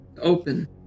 open